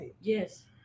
Yes